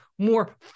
more